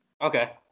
okay